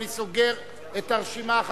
אני סוגר את הרשימה.